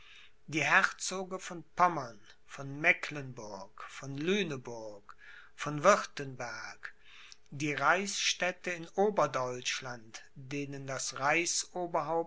die herzoge von pommern von mecklenburg von lüneburg von wirtenberg die reichsstädte in oberdeutschland denen das